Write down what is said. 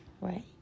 right